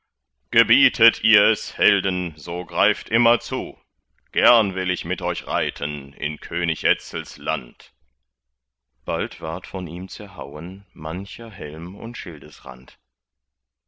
gebiete ihr es helden so greift immer zu gern will ich mit euch reiten in könig etzels land bald ward von ihm zerhauen mancher helm und